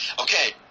okay